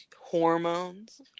Hormones